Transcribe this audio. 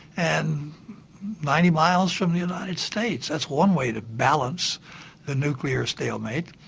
and ninety miles from the united states that's one way to balance the nuclear stalemate.